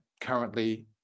currently